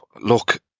Look